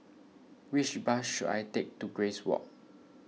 which bus should I take to Grace Walk